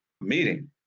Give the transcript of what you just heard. meeting